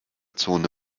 zone